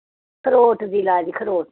खरोट दी लाई